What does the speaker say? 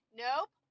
nope